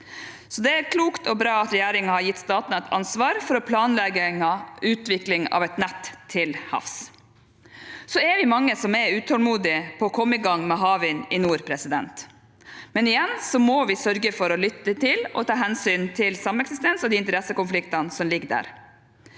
derfor klokt og bra at regjeringen har gitt Statnett ansvar for planlegging og utvikling av et nett til havs. Vi er mange som er utålmodige etter å komme i gang med havvind i nord, men igjen må vi sørge for å lytte til og ta hensyn til sameksistens og de interessekonfliktene som ligger der.